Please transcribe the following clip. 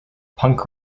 punk